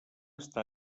està